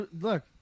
Look